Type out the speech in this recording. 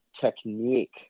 technique